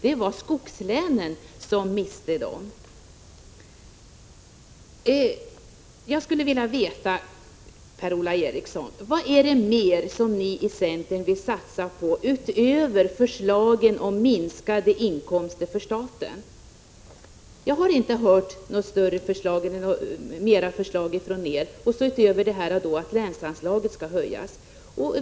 Det var skogslänen som miste de 34 000 jobben. Jag skulle vilja veta, Per-Ola Eriksson, vad det är mer som ni i centern vill satsa på utöver förslagen om minskade inkomster för staten. Jag har inte hört fler förslag från er utöver detta att länsanslagen skall höjas.